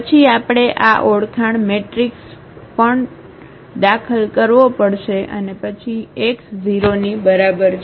પછી આપણે આ ઓળખાણ મેટ્રિક્સ પણ દાખલ કરવો પડશે અને પછી x 0 ની બરાબર છે